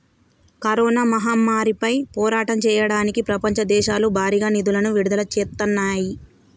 corona మహమ్మారిపై పోరాటం చెయ్యడానికి ప్రపంచ దేశాలు భారీగా నిధులను విడుదల చేత్తన్నాయి